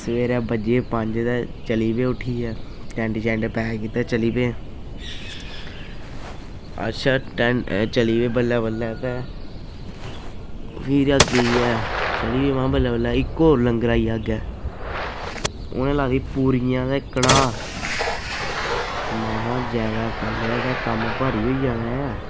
सवेरें बज्जे पंज ते चली पे उट्ठियै टैंट शैंट पैक कीते चली पे अच्छा टैंट चली पे बल्लें बल्लें ते फिर अग्गैं जाइयै चली पे महां बल्लें बल्लें इक होर लंगर आई गेआ अग्गें उ'नें लाई दी पूड़ियां ते कड़ाह् महां जादा खाई लेआ ते कम्म भारी होई जाना ऐ